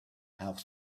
have